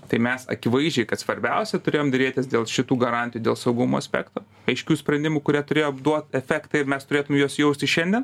tai mes akivaizdžiai kad svarbiausia turėjom derėtis dėl šitų garantijų dėl saugumo aspekto aiškių sprendimų kurie turėjo duot efektą ir mes turėtumėm juos jausti šiandien